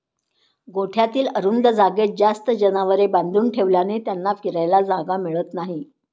गोठ्यातील अरुंद जागेत जास्त जनावरे बांधून ठेवल्याने त्यांना फिरायला जागा मिळत नाही